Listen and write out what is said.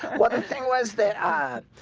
what the thing was that ah?